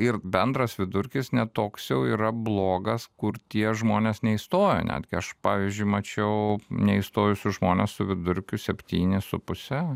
ir bendras vidurkis ne toks jau yra blogas kur tie žmonės neįstojo netgi aš pavyzdžiui mačiau neįstojusius žmones su vidurkiu septyni su puse